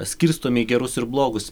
skirstomi į gerus ir blogus